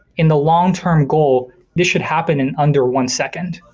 in the long-term goal this should happen in under one second.